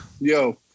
Yo